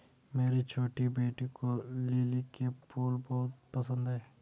मेरी छोटी बेटी को लिली के फूल बहुत पसंद है